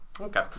Okay